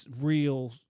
real